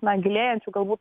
naglėjančių galbūt